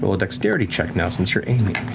so a dexterity check now, since you're aiming